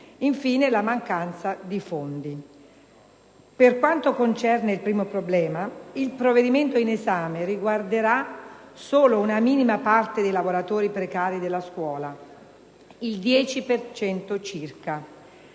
infine, la mancanza di fondi. Per quanto concerne il primo problema, il provvedimento in esame riguarderà solo una minima parte dei lavoratori precari della scuola: il 10 per